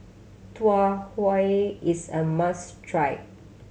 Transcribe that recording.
Tau Huay is a must try